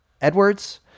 Edwards